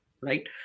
right